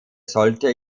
sollte